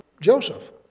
Joseph